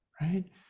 right